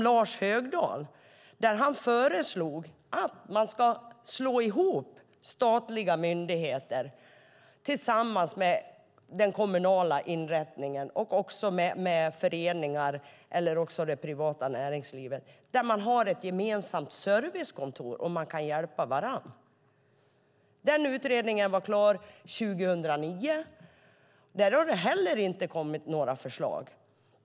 Där föreslog Lars Högdahl att man ska slå ihop statliga myndigheter med kommunala inrättningar, föreningar och det privata näringslivet i ett gemensamt servicekontor så att man kan hjälpa varandra. Den utredningen var klar 2009. Där har det inte heller kommit några förslag.